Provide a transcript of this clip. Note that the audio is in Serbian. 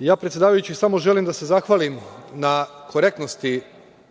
redu. Predsedavajući, ja samo želim da se zahvalim na korektnosti